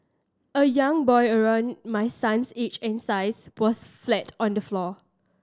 a young boy around my son's age and size was flat on the floor